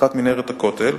פתיחת מנהרת הכותל.